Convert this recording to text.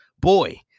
boy